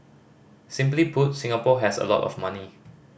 simply put Singapore has a lot of money